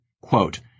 quote